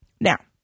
Now